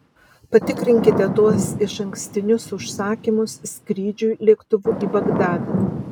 patikrinkite tuos išankstinius užsakymus skrydžiui lėktuvu į bagdadą